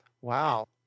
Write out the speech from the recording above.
Wow